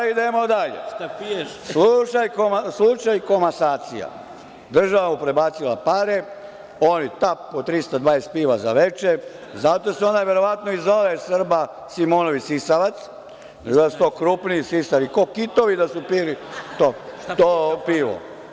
Idemo dalje, slučaj „komasacija“, država mu prebacila, oni tap, po 320 piva za veče, zato se onaj verovatno i zove Srba Simonović Sisavac, izgleda da su to krupni sisari, ko kitovi da su pili pivo.